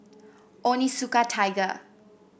Onitsuka Tiger